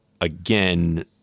again